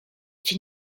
cię